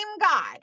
God